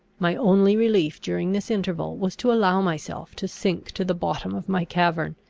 my only relief during this interval was to allow myself to sink to the bottom of my cavern,